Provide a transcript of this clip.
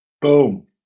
Boom